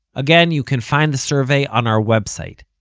again, you can find the survey on our website,